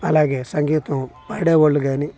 అలాగే సంగీతం పాడేవాళ్ళు కానీ